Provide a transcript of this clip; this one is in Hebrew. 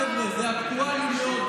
חבר'ה, זה אקטואלי מאוד.